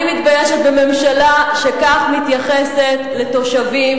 מתביישת בממשלה שכך מתייחסת לתושבים,